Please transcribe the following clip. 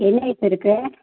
என்ன ஐஸ் இருக்குது